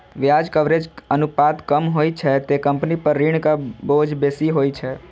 ब्याज कवरेज अनुपात कम होइ छै, ते कंपनी पर ऋणक बोझ बेसी होइ छै